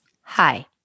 Hi